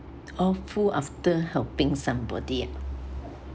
awful after helping somebody ah